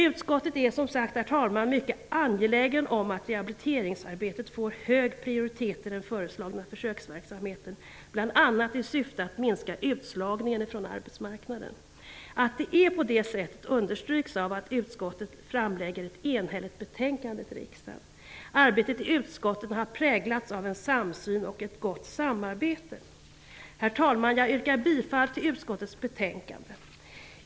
Utskottet är som sagt, herr talman, mycket angeläget om att rehabiliteringsarbetet får hög prioritet i den föreslagna försöksverksamheten, bl.a. i syfte att minska utslagningen från arbetsmarknaden. Att det är på det sättet understryks av att utskottet framlägger ett enhälligt betänkande för riksdagen. Arbetet i utskottet har präglats av en samsyn och ett gott samarbete. Herr talman! Jag yrkar bifall till utskottets hemställan.